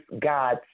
God